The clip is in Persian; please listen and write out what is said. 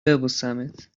ببوسمت